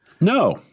No